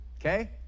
okay